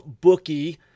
bookie